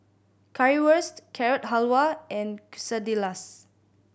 Currywurst Carrot Halwa and Quesadillas